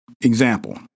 Example